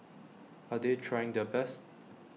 are they trying their best